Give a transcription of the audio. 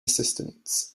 assistants